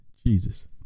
Jesus